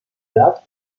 edad